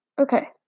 okay